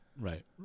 right